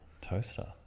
toaster